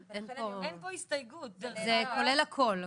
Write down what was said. זה כולל הכל כן.